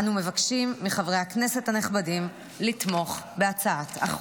אנו מבקשים מחברי הכנסת הנכבדים לתמוך בהצעת החוק.